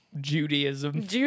judaism